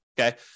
okay